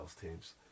teams